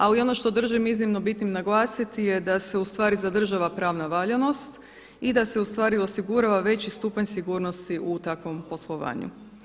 Ali ono što držim iznimno bitnim naglasiti je da se ustvari zadržava pravna valjanost i da se ustvari osigurava veći stupanj sigurnosti u takvom poslovanju.